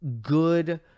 good